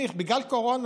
בגלל הקורונה,